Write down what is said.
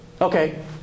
Okay